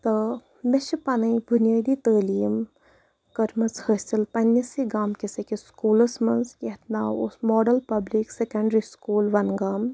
تہٕ مےٚ چھِ پنٕنۍ بُنیٲدی تعلیٖم کٔرمٕژ حٲصِل پَنٕنِسٕے گامہٕ کِس أکِس سکوٗلَس منٛز یَتھ ناو اوس model public secondary school Wangam